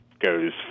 Goes